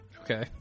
Okay